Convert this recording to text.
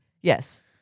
Yes